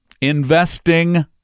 Investing